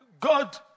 God